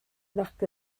nac